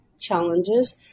challenges